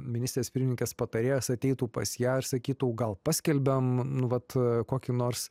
ministrės pirmininkės patarėjas ateitų pas ją ir sakytų gal paskelbiam nu vat kokį nors